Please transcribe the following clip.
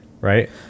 right